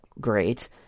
great